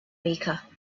baker